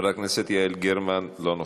חברת הכנסת יעל גרמן, אינה נוכחת,